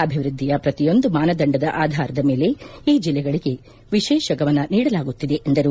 ಅಭಿವೃದ್ಧಿಯ ಪ್ರತಿಯೊಂದು ಮಾನದಂಡದ ಆಧಾರದ ಮೇಲೆ ಈ ಜಿಲ್ಲೆಗಳಗೆ ವಿಶೇಷ ಗಮನ ನೀಡಲಾಗುತ್ತಿದೆ ಎಂದರು